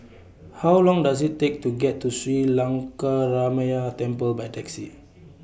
How Long Does IT Take to get to Sri Lankaramaya Temple By Taxi